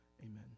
Amen